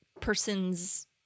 person's